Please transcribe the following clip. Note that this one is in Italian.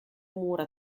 mura